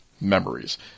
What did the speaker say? memories